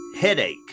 headache